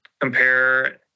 compare